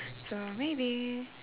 so maybe